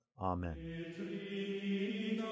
amen